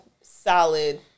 solid